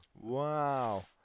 Wow